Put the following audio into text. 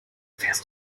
fährst